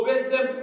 wisdom